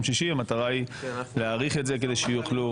שישי המטרה היא להאריך את זה כדי שיוכלו,